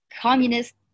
communist